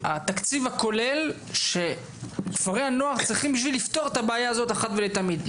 התקציב הכולל שכפרי הנוער צריכים בשביל לפתור את הבעיה הזאת אחת ולתמיד,